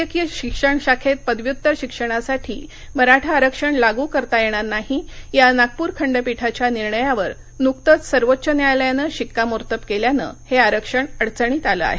वैद्यक शिक्षण शाखेत पदव्युत्तर शिक्षणासाठी मराठा आरक्षण लागु करता येणार नाही या नागपूर खंडपीठाच्या निर्णयावर नुकतंच सर्वोच्च न्यायालयानं शिक्कोर्तब केल्यानं हे आरक्षण अडचणित आलं आहे